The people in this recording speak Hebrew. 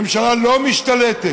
הממשלה לא משתלטת.